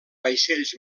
vaixells